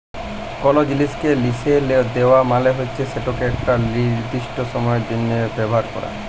call জিলিসকে লিসে দেওয়া মালে হচ্যে সেটকে একট লিরদিস্ট সময়ের জ্যনহ ব্যাভার ক্যরা